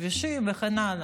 כבישים וכן הלאה.